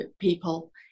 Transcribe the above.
people